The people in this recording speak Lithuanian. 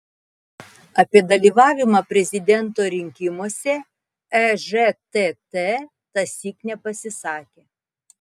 apie dalyvavimą prezidento rinkimuose ežtt tąsyk nepasisakė